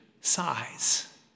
size